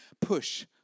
push